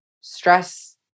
stress